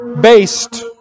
based